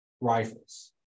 rifles